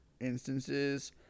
instances